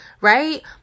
right